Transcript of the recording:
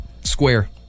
square